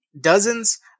Dozens